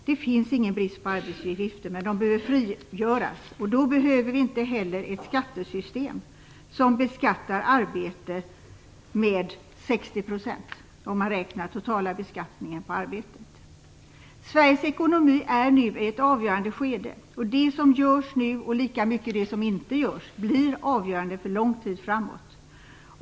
Det finns ingen brist på arbetsuppgifter, men de behöver frigöras. Då behöver vi inte ett skattesystem som beskattar arbete med 60 % om man räknar den totala beskattningen på arbetet. Sveriges ekonomi är nu inne i ett avgörande skede. Det som görs nu, och lika mycket det som inte görs, blir avgörande för lång tid framåt.